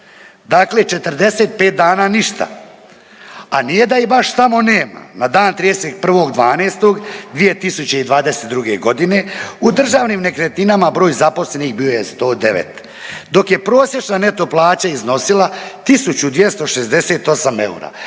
Dakle, 45 dana ništa, a nije da ih baš tamo nema. Na dan 31.12.2022. godine u Državnim nekretninama broj zaposlenih bio je 109, dok je prosječna neto plaća iznosila 1268 eura.